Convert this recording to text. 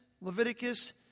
Leviticus